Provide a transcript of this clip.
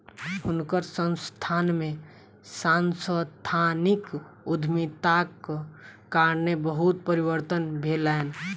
हुनकर संस्थान में सांस्थानिक उद्यमिताक कारणेँ बहुत परिवर्तन भेलैन